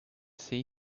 see